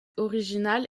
original